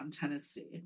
Tennessee